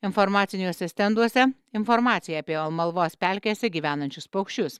informaciniuose stenduose informacija apie amalvos pelkėse gyvenančius paukščius